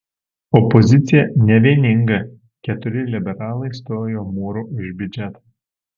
opozicija nevieninga keturi liberalai stojo mūru už biudžetą